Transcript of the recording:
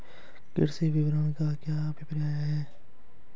कृषि विपणन का क्या अभिप्राय है?